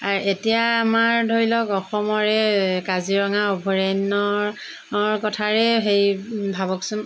এতিয়া আমাৰ ধৰি লওক অসমৰে কাজিৰঙা অভয়াৰণ্যৰ কথাৰে হেৰি ভাবকচোন